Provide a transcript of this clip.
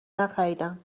نخریدم